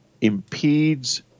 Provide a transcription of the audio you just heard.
impedes